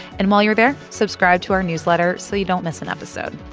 and while you're there, subscribe to our newsletter so you don't miss an episode.